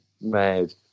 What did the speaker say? mad